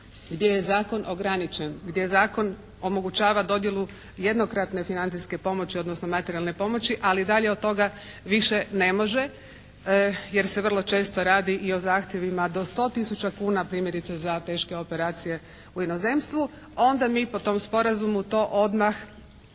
gdje je zakon ograničen, gdje zakon omogućava dodjelu jednokratne financijske pomoći odnosno materijalne pomoći. Ali dalje od toga više ne može jer se vrlo često radi i o zahtjevima do 100 tisuća kuna, primjerice za teške operacije u inozemstvu. Onda mi po tom sporazumu to odmah